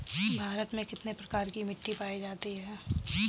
भारत में कितने प्रकार की मिट्टी पायी जाती है?